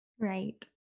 right